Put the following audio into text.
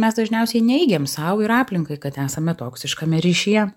mes dažniausiai neigiam sau ir aplinkai kad esame toksiškame ryšyje